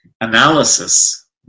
analysis